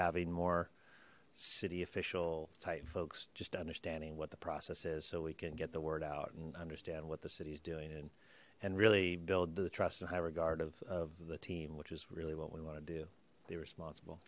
having more city official tight folks just understanding what the process is so we can get the word out and understand what the city is doing in and really build the trust and high regard of the team which is really what we want to do be responsible